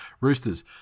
Roosters